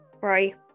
right